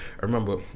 remember